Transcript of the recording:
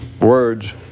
Words